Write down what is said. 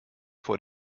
vor